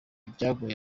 byagoye